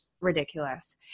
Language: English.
ridiculous